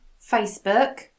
Facebook